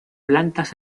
plantas